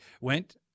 went